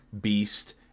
Beast